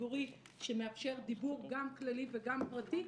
ציבורי שמאפשר דיבור גם כללי וגם פרטי.